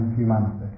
humanity